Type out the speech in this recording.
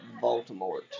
Baltimore